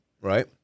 right